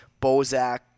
Bozak